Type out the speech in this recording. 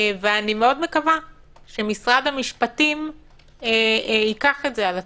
ואני מאוד מקווה שמשרד המשפטים ייקח את זה על עצמו.